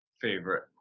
favorite